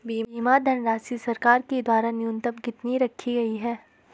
बीमा धनराशि सरकार के द्वारा न्यूनतम कितनी रखी गई है?